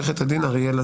אני אמרתי קודם ואני נזהר,